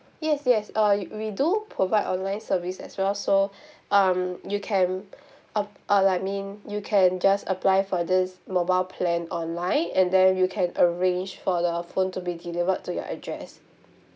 yes yes uh we we do provide online service as well so um you can uh uh I mean you can just apply for this mobile plan online and then you can arrange for the phone to be delivered to your address